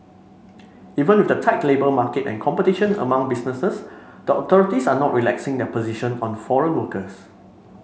even with the tight labour market and competition among businesses the authorities are not relaxing their position on foreign workers